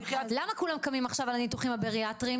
למה כולם קמים עכשיו על הניתוחים הבריאטריים?